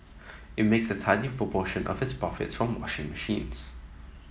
it makes a tiny proportion of these profits from washing machines